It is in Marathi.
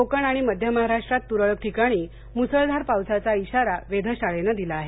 कोकण आणि मध्य महाराष्ट्रात त्रळक ठिकाणी मुसळधार पावसाचा इशारा वेधशाळेनं दिला आहे